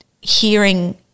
hearing